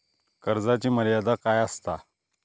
कर्जाची मर्यादा काय असता?